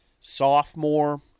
Sophomore